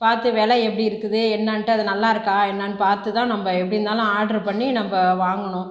பார்த்து வெலை எப்பிடி இருக்குது என்னாண்டு அது நல்லாருக்கா என்னானு பார்த்து தான் நாம எப்பிடி இருந்தாலும் ஆர்டர் பண்ணி நம்ம வாங்கணும்